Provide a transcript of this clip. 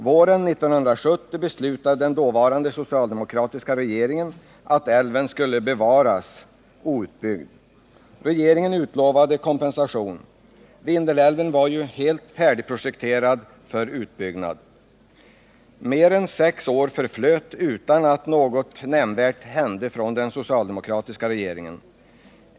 Våren 1970 beslutade den dåvarande socialdemokratiska regeringen att älven skulle bevaras outbyggd. Regeringen utlovade kompensation. Vindelälven var ju helt färdigprojekterad för utbyggnad. Mer än sex år förflöt utan att den socialdemokratiska regeringen gjorde någonting nämnvärt.